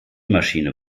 maschine